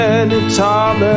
anytime